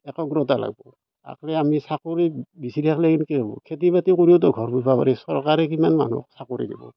একাগ্ৰতা লাগব অকলে আমি চাকৰি বিচাৰি থাকিলে কেনেকৈ হ'ব খেতি বাতি কৰিওতো ঘৰ সংসাৰ কৰি আছে চৰকাৰে কিমান মানুহক চাকৰি দিব